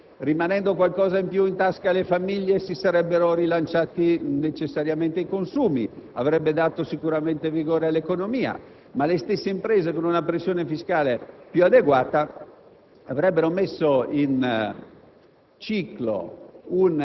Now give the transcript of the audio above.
oltre che alle imprese. Rimanendo qualcosa in più in tasca alle famiglie, si sarebbero rilanciati necessariamente i consumi, dando maggiore vigore all'economia; le stesse imprese con una pressione fiscale più adeguata avrebbero messo in ciclo